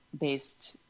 based